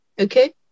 Okay